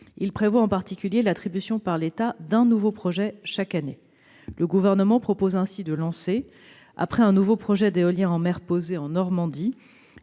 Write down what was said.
Il prévoit, en particulier, l'attribution par l'État d'un nouveau projet chaque année. Le Gouvernement propose ainsi de lancer, après un nouveau projet d'éolien en mer posé en Normandie,